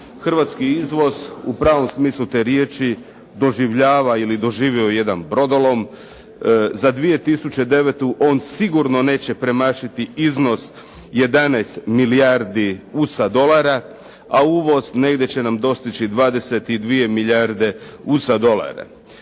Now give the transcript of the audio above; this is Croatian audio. Hrvatski izvoz u pravom smislu te riječi doživljava ili doživio je jedan brodolom. Za 2009. on sigurno neće premašiti iznos 11 milijardi USD, a uvoz negdje će nam dostići 22 milijarde USD.